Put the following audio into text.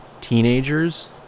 teenagers